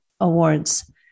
awards